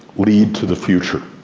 lead to the future.